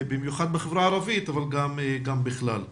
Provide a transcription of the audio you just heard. במיוחד בחברה הערבית אבל גם בכלל.